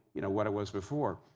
you know, what it was before.